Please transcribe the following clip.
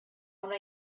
una